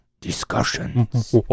Discussions